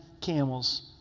camels